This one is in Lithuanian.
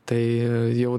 tai jau